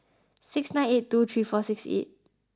six nine eight two three four six eight